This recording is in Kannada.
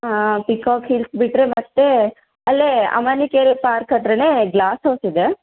ಪಿಕಾಕ್ ಹಿಲ್ಸ್ ಬಿಟ್ಟರೆ ಮತ್ತು ಅಲ್ಲೇ ಅಮಾನಿಕೆರೆ ಪಾರ್ಕ್ ಹತ್ತಿರನೇ ಗ್ಲಾಸ್ ಹೌಸಿದೆ